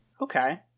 Okay